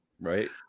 Right